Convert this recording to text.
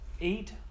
eight